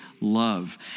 love